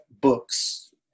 books